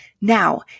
Now